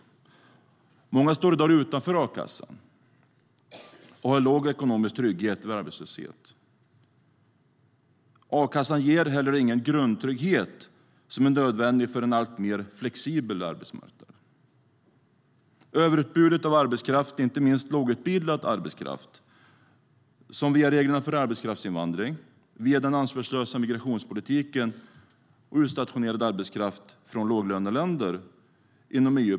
Många står i dag utanför a-kassan och har låg ekonomisk trygghet vid arbetslöshet. A-kassan ger inte heller den grundtrygghet som är nödvändig för en alltmer flexibel arbetsmarknad. Vi har ett överutbud av arbetskraft, inte minst lågutbildad arbetskraft, via reglerna för arbetskraftsinvandring, den ansvarslösa migrationspolitiken och utstationerad arbetskraft från låglöneländer inom EU.